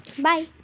Bye